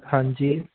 ਹਾਂਜੀ